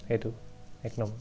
সেইটো একদম